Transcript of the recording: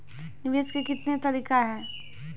निवेश के कितने तरीका हैं?